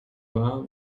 war